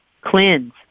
Cleanse